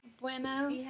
Bueno